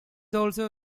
also